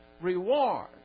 reward